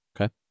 Okay